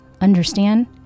Understand